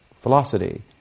velocity